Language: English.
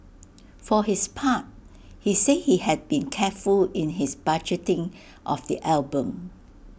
for his part he say he had been careful in his budgeting of the album